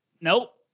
Nope